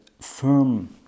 firm